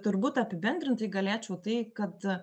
turbūt apibendrintai galėčiau tai kad